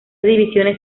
divisiones